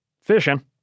fishing